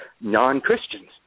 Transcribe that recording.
non-Christians